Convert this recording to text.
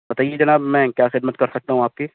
بتائیے جناب میں کیا خدمت کر سکتا ہوں آپ کی